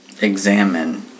examine